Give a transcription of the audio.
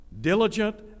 diligent